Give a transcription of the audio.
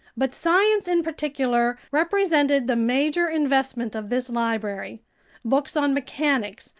but science, in particular, represented the major investment of this library books on mechanics,